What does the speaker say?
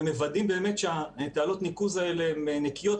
ומוודאים שתעלות הניקוז האלה נקיות,